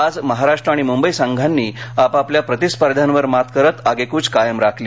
आज महाराष्ट्र आणि मुंबई संघांनी आपापल्या प्रतिस्पर्ध्यावर मात करत आगेकूच कायम राखली